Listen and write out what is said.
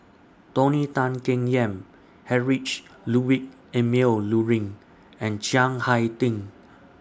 Tony Tan Keng Yam Heinrich Ludwig Emil Luering and Chiang Hai Ding